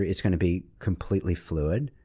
it's going to be completely fluid,